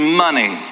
money